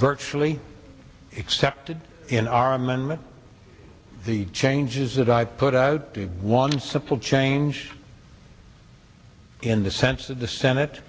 virtually excepted in our amendment the changes that i put out once a full change in the sense of the senate